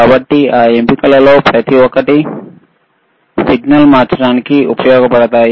కాబట్టి ఆ ఎంపికలలో ప్రతి ఒక్కటి సిగ్నల్ మార్చడానికి ఉపయోగించబడతాయి